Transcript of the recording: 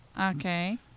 Okay